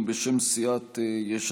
בשם סיעת יש עתיד-תל"ם,